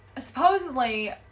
supposedly